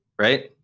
right